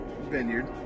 vineyard